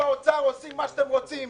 אל תעשה עליי סיבוב על חיילים.